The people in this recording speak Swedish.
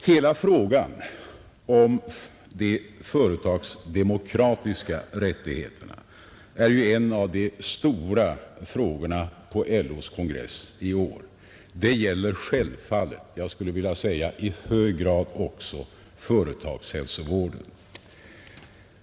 Hela frågan om de företagsdemokratiska rättigheterna är en av de stora frågorna på LO:s kongress i år. Den gäller självfallet — jag skulle vilja säga i hög grad — även företagshälsovården.